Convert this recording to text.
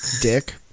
dick